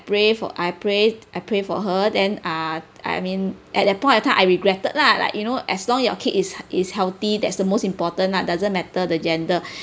pray for I prayed I pray for her then ah I mean at that point of time I regretted lah like you know as long your kid is is healthy that's the most important lah doesn't matter the gender